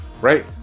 Right